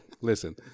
listen